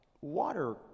Water